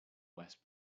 west